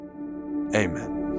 amen